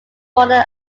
modern